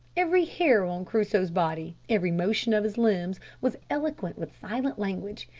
every hair on crusoe's body, every motion of his limbs, was eloquent with silent language.